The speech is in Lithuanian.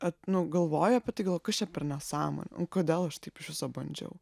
ap nu galvoju apie tai kas čia per nesąmonė kodėl aš taip iš viso bandžiau